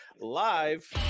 live